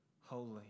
holy